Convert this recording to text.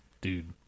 Dude